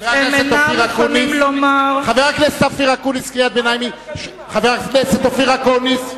חבר הכנסת אופיר אקוניס.